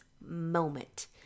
moment